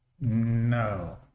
no